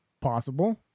possible